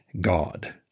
God